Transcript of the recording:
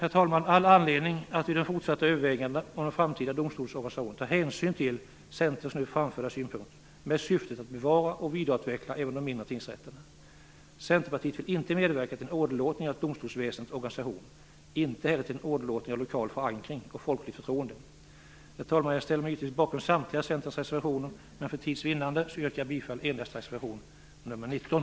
Det finns all anledning att i de fortsatta övervägandena om den framtida domstolsorganisationen ta hänsyn till Centerns nu framförda synpunkter med syftet att bevara och vidareutveckla även de mindre tingsrätterna. Centerpartiet vill inte medverka till en åderlåtning av domstolsväsendets organisation och inte heller till en åderlåtning av lokal förankring och folkligt förtroende. Herr talman! Jag ställer mig givetvis bakom samtliga Centerns reservationer, men för tids vinnande yrkar jag bifall endast till reservation nr 19.